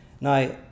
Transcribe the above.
Now